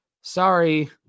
Sorry